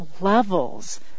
levels